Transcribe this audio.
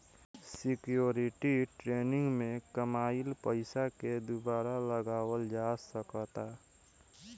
security trading में कामयिल पइसा के दुबारा लगावल जा सकऽता